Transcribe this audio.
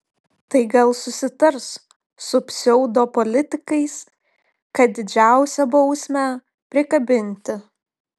tai gal susitars su pseudopolitikais kad didžiausią bausmę prikabinti